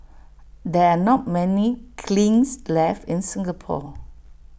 there are not many kilns left in Singapore